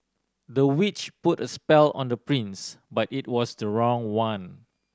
the witch put a spell on the prince but it was the wrong one